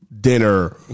Dinner